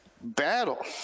battle